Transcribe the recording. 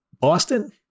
Boston